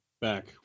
back